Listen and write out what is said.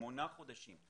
שמונה חודשים.